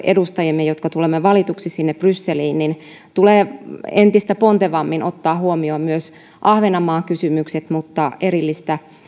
edustajien jotka tulevat valituksi sinne brysseliin tulee entistä pontevammin ottaa huomioon myös ahvenanmaan kysymykset mutta erillistä